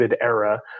era